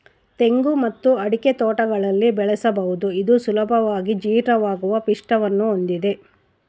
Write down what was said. ತೆಂಗು ಮತ್ತು ಅಡಿಕೆ ತೋಟಗಳಲ್ಲಿ ಬೆಳೆಸಬಹುದು ಇದು ಸುಲಭವಾಗಿ ಜೀರ್ಣವಾಗುವ ಪಿಷ್ಟವನ್ನು ಹೊಂದಿದೆ